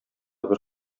бер